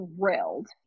thrilled